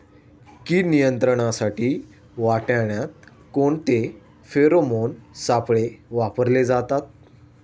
कीड नियंत्रणासाठी वाटाण्यात कोणते फेरोमोन सापळे वापरले जातात?